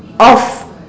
off